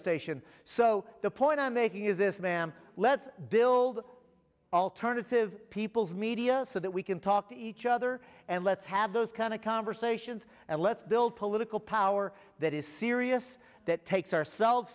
station so the point i'm making is this ma'am let's build alternative people's media so that we can talk to each other and let's have those kind of conversations and let's build political power that is serious that takes ourselves